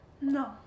No